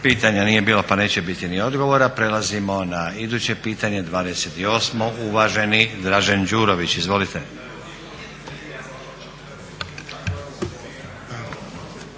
Pitanja nije bilo pa neće biti ni odgovora. Prelazimo na iduće pitanje, 28., uvaženi Dražen Đurović. Izvolite.